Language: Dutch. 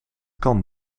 kan